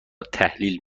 تحلیل